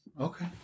Okay